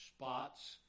spots